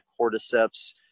cordyceps